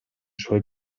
suoi